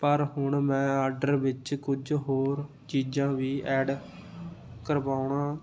ਪਰ ਹੁਣ ਮੈਂ ਆਡਰ ਵਿੱਚ ਕੁਝ ਹੋਰ ਚੀਜ਼ਾਂ ਵੀ ਐਡ ਕਰਵਾਉਣਾ